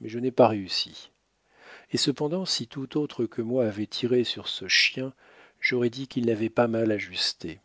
mais je n'ai pas réussi et cependant si tout autre que moi avait tiré sur ce chien j'aurais dit qu'il n'avait pas mal ajusté